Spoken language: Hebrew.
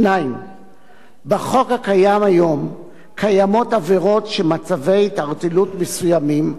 2. בחוק הקיים היום קיימות עבירות שמצבי התערטלות מסוימים,